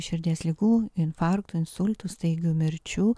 širdies ligų infarktų insultų staigių mirčių